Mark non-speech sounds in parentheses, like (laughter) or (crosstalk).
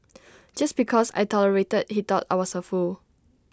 (noise) just because I tolerated he thought I was A fool